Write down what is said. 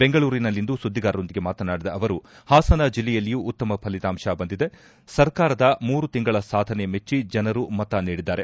ಬೆಂಗಳೂರಿನಲ್ಲಿಂದು ಸುದ್ದಿಗಾರರೊಂದಿಗೆ ಮಾತನಾಡಿದ ಅವರು ಹಾಸನ ಜಿಲ್ಲೆಯಲ್ಲಿಯೂ ಉತ್ತಮ ಫಲಿತಾಂಶ ಬಂದಿದೆ ಸರ್ಕಾರದ ಮೂರು ತಿಂಗಳ ಸಾಧನೆ ಮೆಚ್ಚಿ ಜನರು ಮತ ನೀಡಿದ್ದಾರೆ